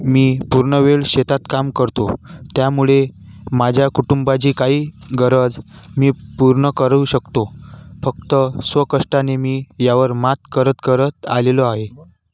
मी पूर्ण वेळ शेतात काम करतो त्यामुळे माझ्या कुटुंबाची काही गरज मी पूर्ण करू शकतो फक्त स्वकष्टाने मी यावर मात करत करत आलेलो आहे